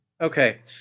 Okay